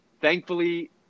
Thankfully